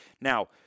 Now